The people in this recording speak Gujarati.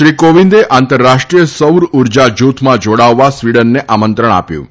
શ્રી કોવિંદે આંતરરાષ્ટ્રીય સૌર્ય ઉર્જા જુથમાં જોડાવવા સ્વીડનને આમંત્રણ આપ્યુ હતું